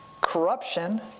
Corruption